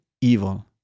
evil